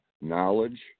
knowledge